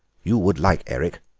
you would like eric,